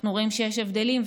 אנחנו רואים שיש הבדלים,